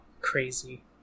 crazy